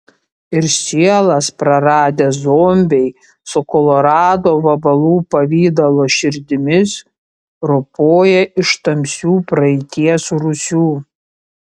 ir sielas praradę zombiai su kolorado vabalų pavidalo širdimis ropoja iš tamsių praeities rūsių